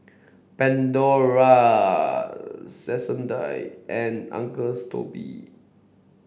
Pandora Sensodyne and Uncle Toby